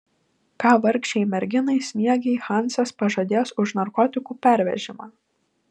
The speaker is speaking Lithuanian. ką vargšei merginai sniegei hansas pažadės už narkotikų pervežimą